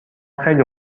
خیلی